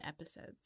episodes